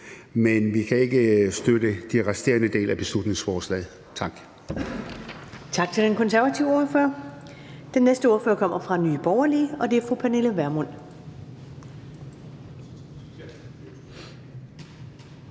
men vi kan ikke støtte den resterende del af beslutningsforslaget. Tak. Kl. 15:49 Første næstformand (Karen Ellemann): Tak til den konservative ordfører. Den næste ordfører kommer fra Nye Borgerlige, og det er fru Pernille Vermund. Kl.